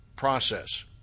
Process